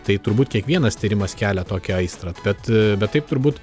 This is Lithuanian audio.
tai turbūt kiekvienas tyrimas kelia tokią aistrą bet bet taip turbūt